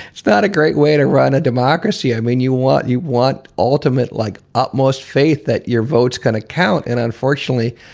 it's not a great way to run a democracy. i mean, you want you want ultimate like upmost faith that your votes can kind of count. and unfortunately,